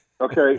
okay